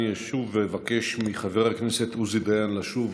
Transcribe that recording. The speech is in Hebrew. אני אשוב ואבקש מחבר הכנסת עוזי דיין לשוב